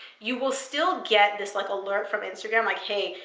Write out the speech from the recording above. you will still get this like alert from instagram like, hey,